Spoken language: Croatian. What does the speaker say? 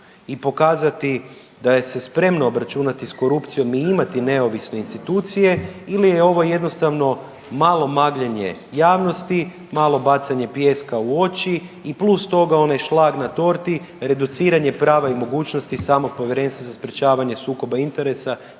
i pokazati da je se spremna obračunati s korupcijom i imati neovisne institucije ili je ovo jednostavno malo magljenje javnosti, malo bacanje pijeska u oči i plus toga onaj šlag na torti reduciranje prava i mogućnosti samog Povjerenstva za sprječavanje sukoba interesa